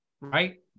Right